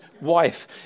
wife